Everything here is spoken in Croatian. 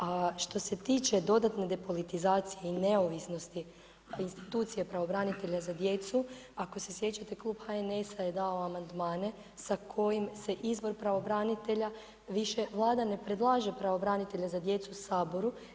A što se tiče dodatne depolitizacije i neovisnosti, institucija Pravobranitelja za djecu, ako se sjećate Klub HNS-a je dao amandmane, sa kojim se izbor pravobranitelja, više, Vlada ne predlaže pravobranitelja za djecu Saboru.